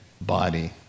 body